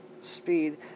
speed